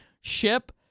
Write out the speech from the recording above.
ship